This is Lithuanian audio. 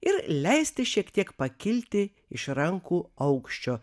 ir leisti šiek tiek pakilti iš rankų aukščio